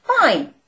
fine